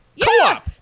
Co-op